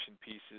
pieces